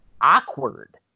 awkward